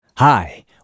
Hi